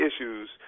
issues